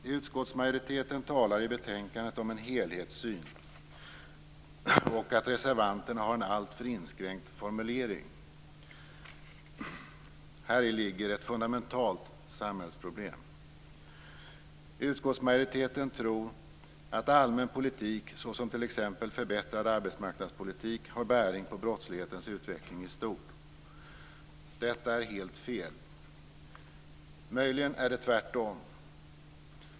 Utskottsmajoriteten talar i betänkandet om en helhetssyn och om att reservanterna har en alltför inskränkt formulering. Häri ligger ett fundamentalt samhällsproblem. Utskottsmajoriteten tror att allmän politik, såsom t.ex. förbättrad arbetsmarknadspolitik, har bäring på brottslighetens utveckling i stort. Detta är helt fel. Möjligen är det tvärtom.